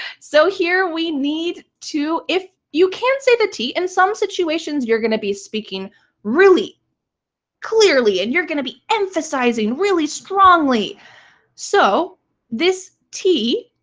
so here we need to. if you can say the t, in some situations, you're going to be speaking really clearly and you're going to be emphasizing really strongly so this t,